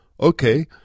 Okay